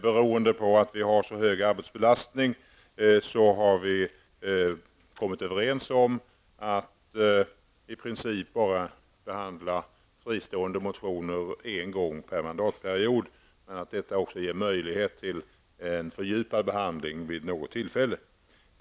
Utskottet har beroende på den höga arbetsbelastningen kommit överens om att i princip endast behandla fristående motioner en gång per mandatperiod, men att detta också skall ge möjlighet till en fördjupad behandling vid något tillfälle.